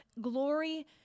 glory